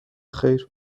خیر